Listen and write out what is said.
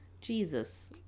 jesus